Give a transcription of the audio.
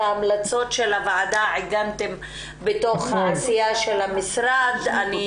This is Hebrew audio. את המלצות הוועדה בתוך העשייה של המשרד.